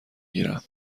گیرم